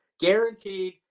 Guaranteed